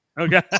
Okay